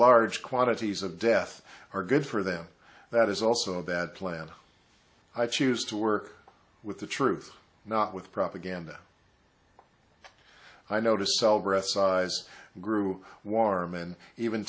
large quantities of death are good for them that is also a bad plan i choose to work with the truth not with propaganda i know to sell breast size group warman even